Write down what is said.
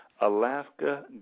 Alaska